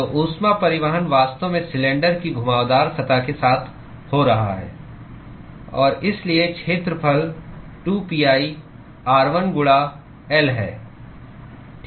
तो ऊष्मा परिवहन वास्तव में सिलेंडर की घुमावदार सतह के साथ हो रहा है और इसलिए क्षेत्रफल 2pi r1 गुणा L है